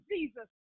Jesus